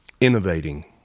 innovating